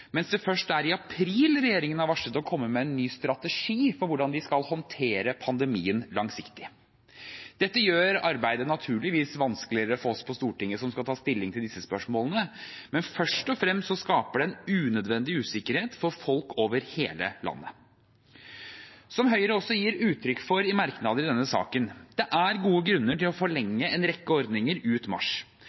mens det først er i april regjeringen har varslet å komme med en ny strategi for hvordan de skal håndtere pandemien langsiktig. Dette gjør arbeidet naturligvis vanskeligere for oss på Stortinget, som skal ta stilling til disse spørsmålene, men først og fremst skaper det en unødvendig usikkerhet for folk over hele landet. Som Høyre også gir uttrykk for i merknader i denne saken, er det gode grunner til å forlenge en rekke ordninger ut mars.